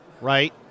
right